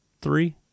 three